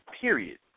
period